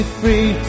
free